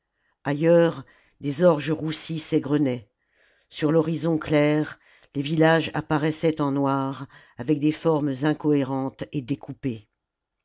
ailleurs des orges roussies s'égrenaient sur fhorizon clair les villages apparaissaient en noir avec des formes incohérentes et découpées